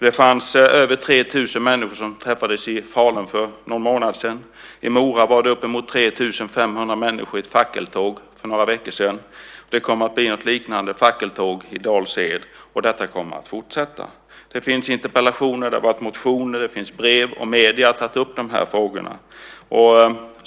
Det var över 3 000 människor som träffades i Falun för någon månad sedan, i Mora var det uppemot 3 500 människor i ett fackeltåg för några veckor sedan och det kommer att bli ett liknande fackeltåg i Dals Ed. Detta kommer att fortsätta. Det finns interpellationer, motioner och brev om de här frågorna, och även medierna har tagit upp frågorna.